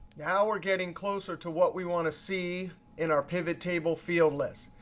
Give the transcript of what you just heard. now we're getting closer to what we want to see in our pivot table field list.